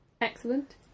Excellent